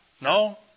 No